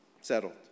Settled